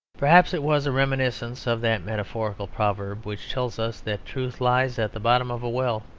perhaps it was a reminiscence of that metaphorical proverb which tells us that truth lies at the bottom of a well.